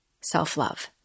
self-love